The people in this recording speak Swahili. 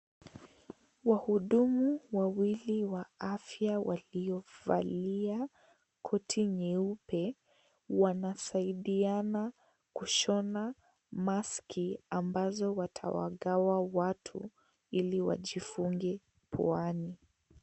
Wahudumu wawili wa afya waliovalia koti nyeupe wanasaidiana kushona maski ambazo watawagawa watu ili wajifunge puani.